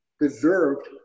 deserved